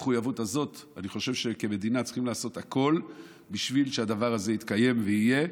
אני חושב שכמדינה צריכים לעשות הכול בשביל שהדבר הזה יתקיים ויהיה.